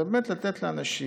זאת לתת לאנשים,